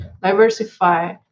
diversify